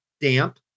damp